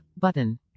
Button